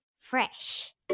fresh